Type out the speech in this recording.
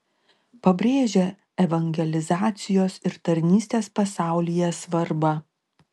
pabrėžia evangelizacijos ir tarnystės pasaulyje svarbą